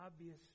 obvious